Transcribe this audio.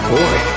Boy